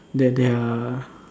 that they're